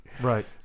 Right